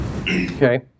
Okay